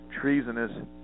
treasonous